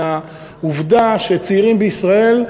מהעובדה שצעירים בישראל,